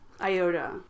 iota